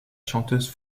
chanteuse